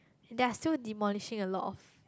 they are still demolishing a lot of